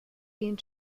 den